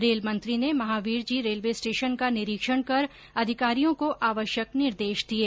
रेलमंत्री ने Mahavirji railway station का निरीक्षण कर अधिकारियों को आवश्यक निर्देश दिये